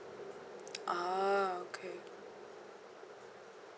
ah okay